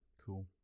Cool